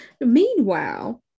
meanwhile